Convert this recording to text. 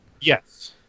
Yes